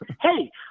hey